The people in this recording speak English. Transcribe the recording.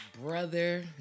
brother